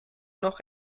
noch